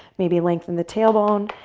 maybe lengthen the tailbone,